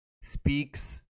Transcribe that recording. speaks